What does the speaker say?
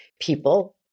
people